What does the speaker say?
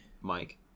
Mike